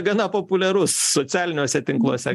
gana populiarus socialiniuose tinkluose